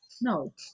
No